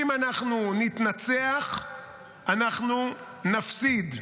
אם אנחנו נתנצח אנחנו נפסיד,